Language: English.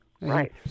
Right